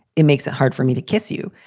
it makes it hard for me to kiss you.